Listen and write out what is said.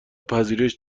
پذیرش